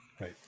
Right